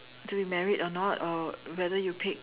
to be married or not or whether you pick